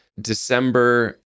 December